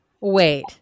wait